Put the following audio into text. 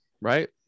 right